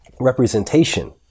representation